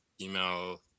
email